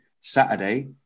Saturday